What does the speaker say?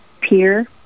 Pier